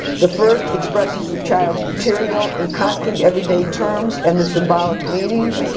the first, expresses the child's material in concrete every day terms and the symbolic meanings.